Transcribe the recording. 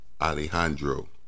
Alejandro